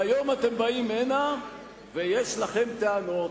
והיום אתם באים הנה ויש לכם טענות.